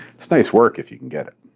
it's nice work if you can get it.